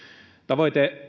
tavoite